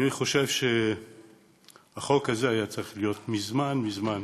אני חושב שהחוק הזה היה צריך להיות מזמן מזמן